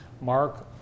Mark